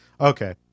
Okay